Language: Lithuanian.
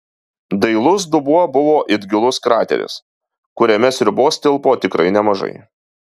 dailus dubuo buvo it gilus krateris kuriame sriubos tilpo tikrai nemažai